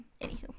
Anywho